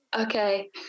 Okay